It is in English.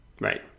Right